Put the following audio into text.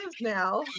now